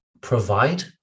provide